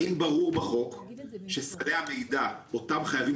האם ברור בחוק שסלי המידע אותם חייבים